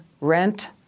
rent